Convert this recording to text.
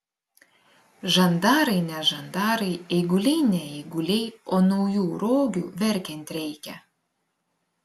žandarai ne žandarai eiguliai ne eiguliai o naujų rogių verkiant reikia